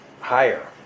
higher